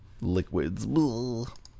Liquids